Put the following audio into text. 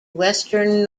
western